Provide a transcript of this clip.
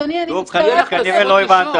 דב חנין, כנראה לא הבנת.